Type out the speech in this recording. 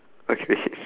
okay wait